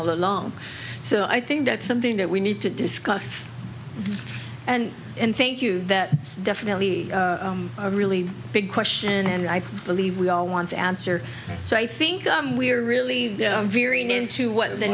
all along so i think that's something that we need to discuss and in thank you that is definitely a really big question and i believe we all want to answer so i think we're really very new to what the